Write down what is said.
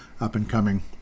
up-and-coming